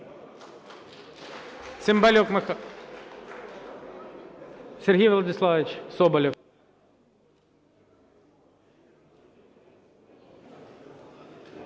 Сергій Владиславович Соболєв.